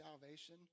salvation